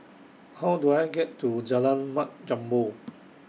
How Do I get to Jalan Mat Jambol